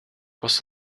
was